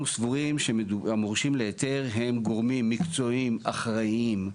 אנחנו סבורים שהמורשים להיתר הם גורמים מקצועיים אחראיים.